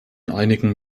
einigen